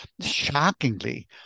shockingly